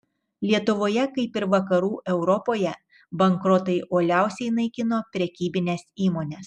lietuvoje kaip ir vakarų europoje bankrotai uoliausiai naikino prekybines įmones